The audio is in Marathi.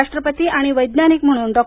राष्ट्रपती आणि वैज्ञानिक म्हणून डॉ